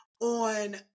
On